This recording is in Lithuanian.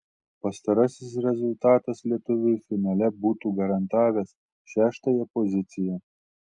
pastarasis rezultatas lietuviui finale būtų garantavęs šeštąją poziciją